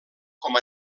com